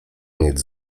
mieć